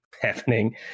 happening